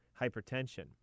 hypertension